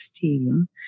team